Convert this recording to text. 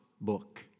book